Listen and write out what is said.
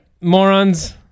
Morons